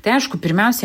tai aišku pirmiausia